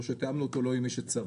או שתיאמנו אותו לא עם מי שצריך.